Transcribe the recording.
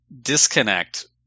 disconnect